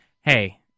hey